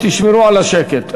תשמרו על השקט,